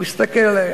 הוא הסתכל עלי.